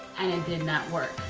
and it did not work.